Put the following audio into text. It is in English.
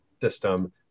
system